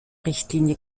richtlinie